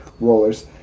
Rollers